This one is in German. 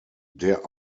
der